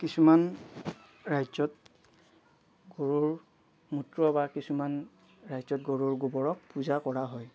কিছুমান ৰাজ্যত গৰুৰ মূত্ৰ বা কিছুমান ৰাজ্যত গৰুৰ গোবৰক পূজা কৰা হয়